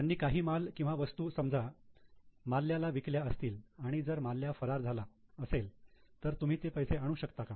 त्यांनी काही माल किंवा वस्तू समजा माल्याला विकल्या असतील आणि जर माल्या फरार झाला असेल तर तुम्ही ते पैसे आणू शकता का